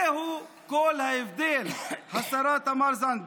זהו כל ההבדל, השרה תמר זנדברג.